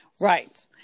right